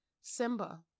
Simba